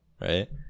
right